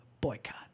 boycott